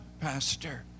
Pastor